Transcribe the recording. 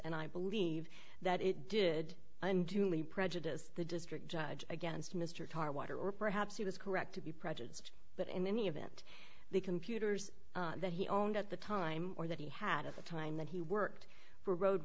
and i believe that it did unduly prejudiced the district judge against mr karr water or perhaps he was correct to be prejudiced but in any event the computers that he owned at the time or that he had at the time that he worked for road